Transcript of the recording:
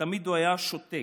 ותמיד הוא היה שותק.